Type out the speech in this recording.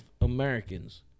Americans